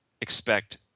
expect